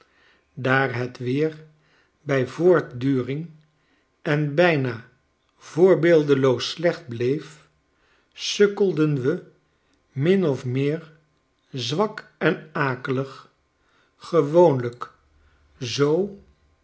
daar het weer bij voortduring en bijna voorbeeldeloos slecht bleef sukkelden we min of meer zwak en akelig gewoonlijk zoo